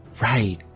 Right